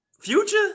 Future